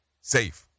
safe